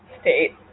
state